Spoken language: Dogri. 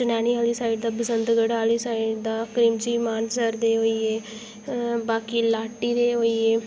चनैनी आहली साइड बसंतगढं आहली साइड दा क्रिमची मानसर दे होई गे बाकी लाटी दे होई गे